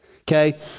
okay